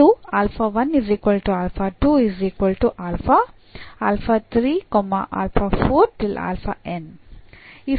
ಈ ಸಂದರ್ಭದಲ್ಲಿ ಏನು ಪರಿಹಾರ